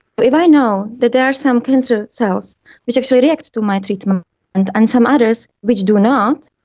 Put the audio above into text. but if i know that there are some cancer cells which actually react to my treatment and and some others which do not,